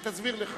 היא תסביר לך.